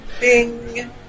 Bing